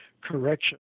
correction